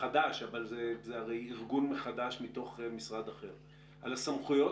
חדש אבל זה הרי ארגון מחדש מתוך משרד אחר - על הסמכויות